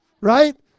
Right